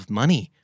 money